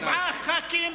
שבעה חברי כנסת,